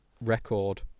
record